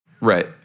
Right